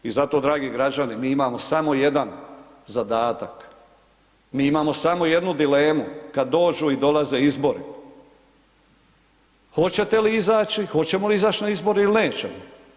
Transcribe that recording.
I zato dragi građani mi imamo samo jedan zadatak, mi imamo samo jednu dilemu kad dođu i dolaze izbori, hoćete li izaći, hoćemo li izaći na izbore ili nećemo.